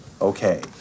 Okay